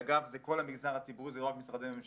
אגב, זה כל המגזר הציבורי, זה לא רק משרדי ממשלה.